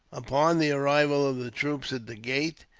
upon the arrival of the troops at the gate,